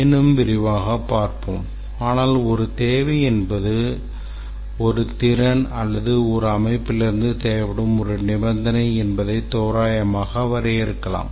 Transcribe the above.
இன்னும் விரிவாகப் பார்ப்போம் ஆனால் ஒரு தேவை என்பது ஒரு திறன் அல்லது ஒரு அமைப்பிலிருந்து தேவைப்படும் ஒரு நிபந்தனை என்று தோராயமாக வரையறுக்கலாம்